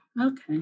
okay